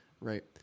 right